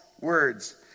words